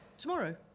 Tomorrow